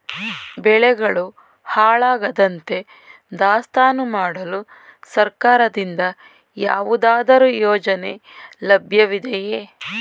ಬೆಳೆಗಳು ಹಾಳಾಗದಂತೆ ದಾಸ್ತಾನು ಮಾಡಲು ಸರ್ಕಾರದಿಂದ ಯಾವುದಾದರು ಯೋಜನೆ ಲಭ್ಯವಿದೆಯೇ?